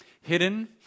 hidden